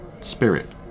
spirit